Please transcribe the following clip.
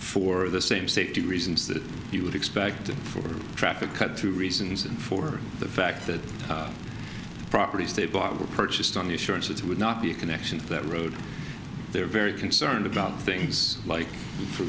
for the same safety reasons that you would expect for traffic at two reasons and for the fact that properties they bought were purchased on the shore so it would not be a connection that road they're very concerned about things like for